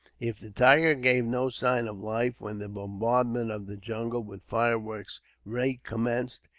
if the tiger gave no signs of life when the bombardment of the jungle with fireworks recommenced,